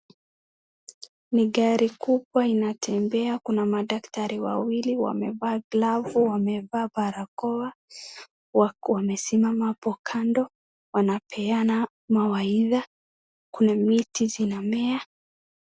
Ni gari kubwa inatembea, kuna madaktari wawili wamevaa glovu, wamevaa barakoa, wamesimama hapo kando, wanapeana mawaidha, kuna miti zinamea.